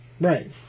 Right